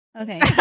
Okay